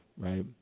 right